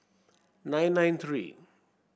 nine nine three